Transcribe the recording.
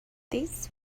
this